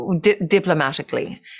diplomatically